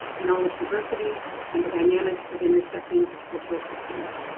knowledge diversity and the dynamics of intersecting cultural systems.